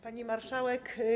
Pani Marszałek!